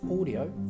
audio